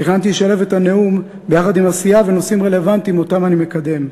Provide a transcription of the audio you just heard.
תכננתי לשלב את הנאום ביחד עם עשייה ונושאים רלוונטיים שאני מקדם,